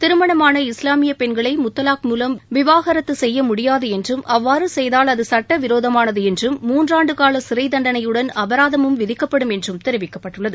திருமணமான இஸ்லாமிய பெண்களை முத்தலாக் மூலம் விவாகரத்து செய்ய முடியாது என்றும் அவ்வாறு செய்தால் அது சுட்டவிரோதமானது என்றும் முன்றாண்டுகால சிறை தண்டனையுடன் அபராதமும் விதிக்கப்படும் என்று தெரிவிக்கப்பட்டுள்ளது